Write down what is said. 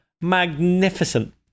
magnificent